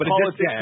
politics